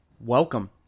Welcome